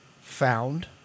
found